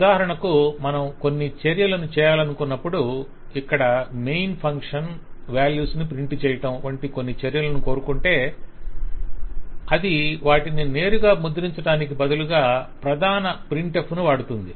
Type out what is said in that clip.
ఉదాహరణకు మనం కొన్ని చర్యలను చేయాలనుకున్నప్పుడు ఇక్కడ మెయిన్ ఫంక్షన్ వాల్యూస్ ను ప్రింట్ చేయటం వంటి కొన్ని చర్యలను కోరుకుంటే అది వాటిని నేరుగా ముద్రించటానికి బదులుగా ప్రధాన 'ప్రింట్ ఎఫ్' ని వాడుతుంది